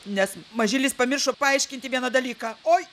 nes mažylis pamiršo paaiškinti vieną dalyką oi